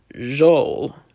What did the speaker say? Joel